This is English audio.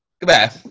Goodbye